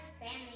family